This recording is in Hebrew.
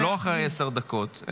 לא אחרי עשר דקות,